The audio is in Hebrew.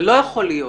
זה לא יכול להיות.